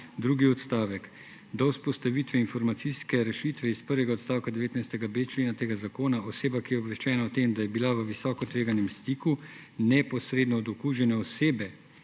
Drugi odstavek. »Do vzpostavitve informacijske rešitev iz prvega odstavka 19.b člena tega zakona oseba, ki je obveščena o tem, da je bila v visoko tveganem stiku neposredno od okužene osebe